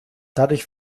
dadurch